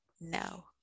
no